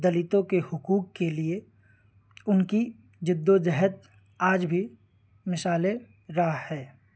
دلتوں کے حقوق کے لیے ان کی جدو جہد آج بھی مشعل راہ ہے